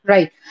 Right